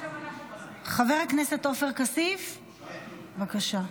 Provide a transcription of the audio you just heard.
חבר הכנסת עופר כסיף, בבקשה.